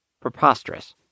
preposterous